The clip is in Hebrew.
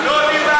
על, לא דיברתי.